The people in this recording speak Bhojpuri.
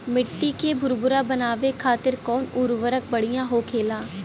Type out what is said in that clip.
मिट्टी के भूरभूरा बनावे खातिर कवन उर्वरक भड़िया होखेला?